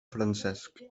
francesc